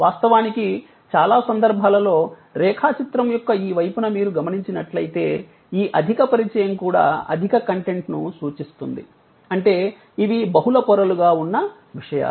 వాస్తవానికి చాలా సందర్భాలలో రేఖాచిత్రం యొక్క ఈ వైపున మీరు గమనించినట్లైతే ఈ అధిక పరిచయం కూడా అధిక కంటెంట్ను సూచిస్తుంది అంటే ఇవి బహుళ పొరలు గా ఉన్న విషయాలు